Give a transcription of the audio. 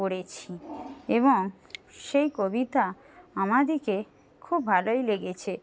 পড়েছি এবং সেই কবিতা আমাদিকে খুব ভালোই লেগেছে